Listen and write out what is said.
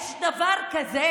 יש דבר כזה?